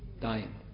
dying